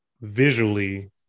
visually